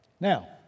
Now